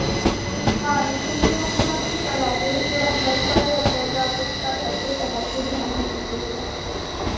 हाँ लेकिन फिर उससे उसकी पढ़ाई पर भी थोड़ा फ़र्क़ पड़ सकता है तो आप उसका घर पर पढ़ाई पर ध्यान दीजिएगा